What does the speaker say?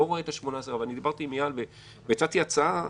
דיברתי עם אייל והצעתי הצעה,